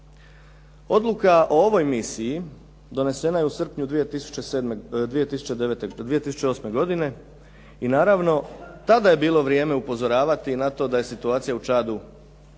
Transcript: Odluka o ovoj misiji donesena je u srpnju 2008. godine i naravno tada je bilo vrijeme upozoravati na to da je situacija u Čadu